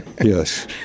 Yes